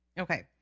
Okay